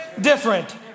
different